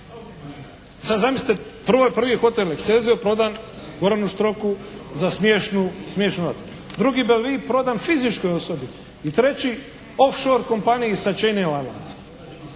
Sad zamislite, prvi je hotel "Excelsior" prodan Goranu Štroku za smiješan novac. Drugi "Belevue" prodan fizičkoj osobi i treći off shore kompaniji …